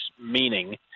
meaning—